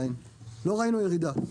לא ראינו ירידה,